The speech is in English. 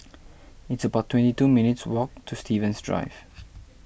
it's about twenty two minutes' walk to Stevens Drive